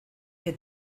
que